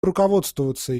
руководствоваться